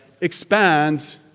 expands